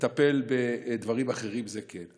לטפל בדברים אחרים זה כן,